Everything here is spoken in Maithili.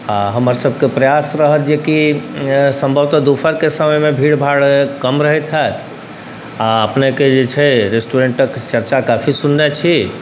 आओर हमरसबके प्रयास रहत जेकि सम्भवतः दुपहरके समयमे भीड़भाड़ कम रहैत हैत आओर अपनेके जे छै रेस्टोरेन्टके चर्चा काफी सुनने छी